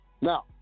now